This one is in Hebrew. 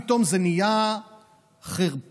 פתאום זה נהיה חרפה,